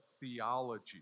theology